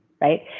right